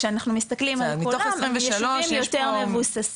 כשאנחנו מסתכלים על כולם הם יישובים יותר מבוססים,